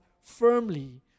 firmly